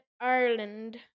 Ireland